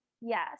Yes